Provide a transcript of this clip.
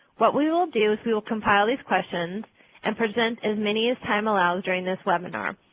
what we will do is we will compile these questions and present as many as time allows during this webinar.